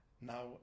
now